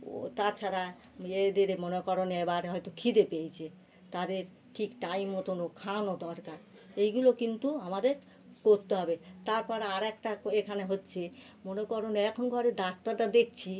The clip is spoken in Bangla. ও তাছাড়া ইয়েদের মনে করো না এবার হয়তো খিদে পেয়েছে তাদের ঠিক টাইম মতোনও খাওয়ানো দরকার এইগুলো কিন্তু আমাদের করতে হবে তারপর আরেকটা এখানে হচ্ছে মনে করো না এখন ঘরে ডাক্তাররা দেখছি